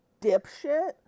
dipshit